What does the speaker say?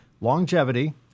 longevity